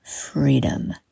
freedom